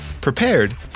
prepared